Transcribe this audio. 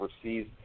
overseas